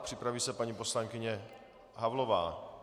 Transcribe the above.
Připraví se paní poslankyně Havlová.